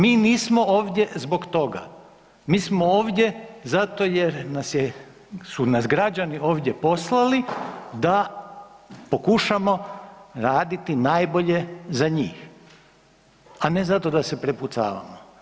Mi nismo, mi nismo ovdje zbog toga, mi smo ovdje zato jer nas je, su nas građani ovdje poslali da pokušamo raditi najbolje za njih, a ne zato da se prepucavamo.